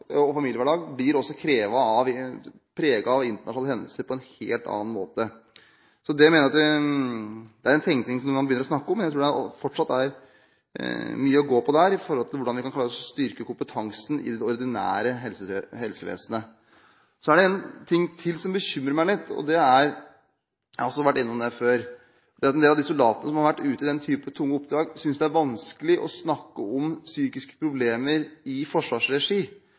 og familiehverdag blir også preget av internasjonale hendelser. Det er en tenkning som man begynner å snakke om, men jeg tror det fortsatt er mye å gå på her for å styrke kompetansen i det ordinære helsevesenet. Så er det én ting til som bekymrer meg litt – og jeg har også vært innom det før. En del av de soldatene som har vært ute i denne type tunge oppdrag, synes det er vanskelig å snakke om psykiske problemer i forsvarsregi,